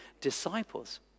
disciples